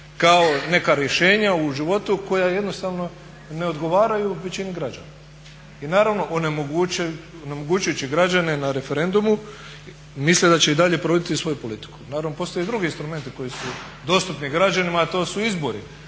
kao neka rješenja u životu koja jednostavno ne odgovaraju većini građana i naravno onemogućujući građane na referendumu misle da će i dalje provoditi svoju politiku. Naravno postoje i drugi instrumenti koji su dostupni građanima a to su izbori,